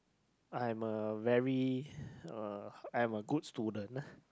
I'm a very uh I am a good student